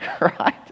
right